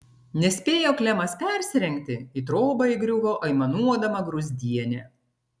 nespėjo klemas persirengti į trobą įgriuvo aimanuodama gruzdienė